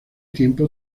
tiempo